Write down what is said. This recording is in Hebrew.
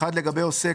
(1)לגבי עוסק